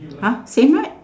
[huh] same right